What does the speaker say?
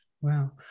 Wow